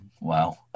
Wow